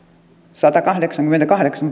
satakahdeksankymmentäkahdeksan